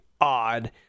odd